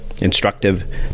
instructive